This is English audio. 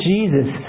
Jesus